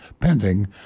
pending